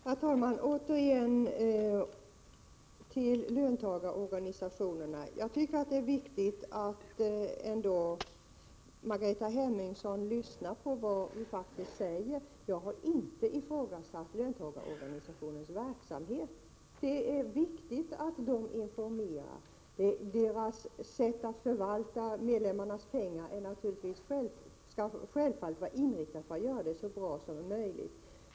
Herr talman! Jag återkommer än en gång till frågan om löntagarorganisationerna. Jag tycker att det är viktigt att Margareta Hemmingsson lyssnar på vad vi säger. Jag har inte ifrågasatt löntagarorganisationernas verksamhet. Det är viktigt att de informerar. Deras sätt att förvalta medlemmarnas pengar skall självfallet vara inriktat på att det kan göras så bra som möjligt.